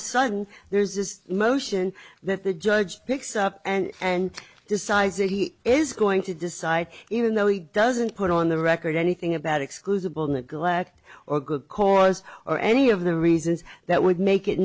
a sudden there's this motion that the judge picks up and and decides he is going to decide even though he doesn't put on the record anything about excusable neglect or good cause or any of the reasons that would make it